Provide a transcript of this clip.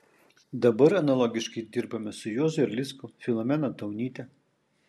dabar analogiškai dirbame su juozu erlicku filomena taunyte